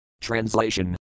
Translation